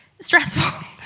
stressful